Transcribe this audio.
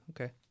okay